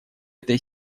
этой